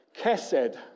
kesed